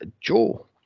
Joe